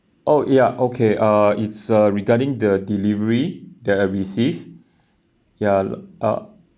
oh ya okay uh it's uh regarding the delivery that I receive ya uh